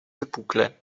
wypukle